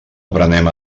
aprenem